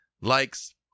likes